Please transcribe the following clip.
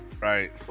Right